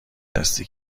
دستی